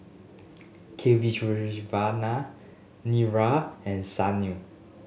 Kasiviswanathan Niraj and Sunil